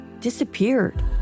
disappeared